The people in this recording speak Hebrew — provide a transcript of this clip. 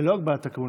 ללא הגבלת הכהונה,